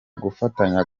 gufatanya